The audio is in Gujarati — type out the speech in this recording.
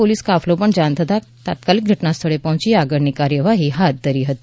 પોલીસ કાફલો જાણ થતા તાત્કાલીક ઘટના સ્થળે પહોંચી આગળની કાર્યવાહી હાથ ધરી હતી